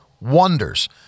wonders